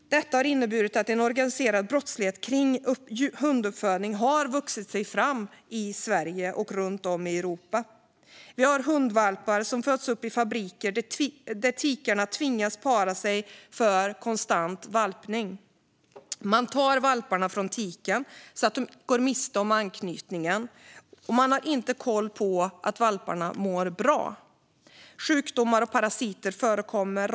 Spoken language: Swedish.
Det har inneburit att en organiserad brottslighet kring hunduppfödning har vuxit fram i Sverige och runt om i Europa. Hundvalpar föds upp i fabriker där tikarna tvingas para sig för konstant valpning. Man tar valparna från tiken så att de går miste om anknytningen, och man har inte koll på att valparna mår bra. Sjukdomar och parasiter förekommer.